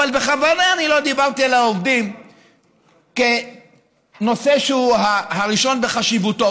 אבל בכוונה אני לא דיברתי על העובדים כנושא הראשון בחשיבותו,